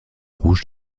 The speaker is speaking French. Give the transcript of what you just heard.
rouge